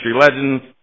legends